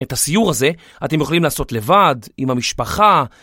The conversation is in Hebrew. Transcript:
את הסיור הזה, אתם יכולים לעשות לבד, עם המשפחה.